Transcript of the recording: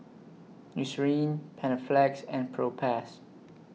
Eucerin Panaflex and Propass